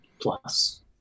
Plus